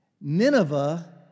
Nineveh